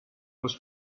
was